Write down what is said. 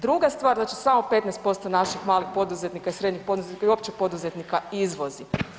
Druga stvar, znači samo 15% naših malih poduzetnika i srednjih poduzetnika i uopće poduzetnika izvozi.